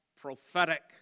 prophetic